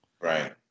Right